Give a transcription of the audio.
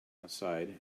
outside